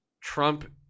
Trump